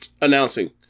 announcing